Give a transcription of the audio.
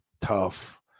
tough